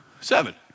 seven